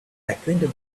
acquainted